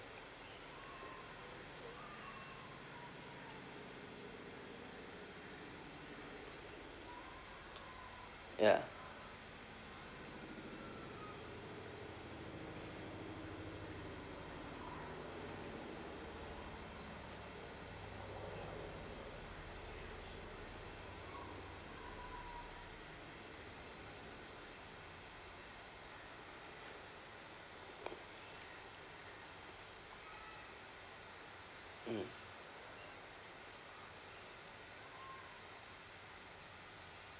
ya mm